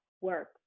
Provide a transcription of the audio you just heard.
work